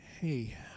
hey